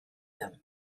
them